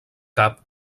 cap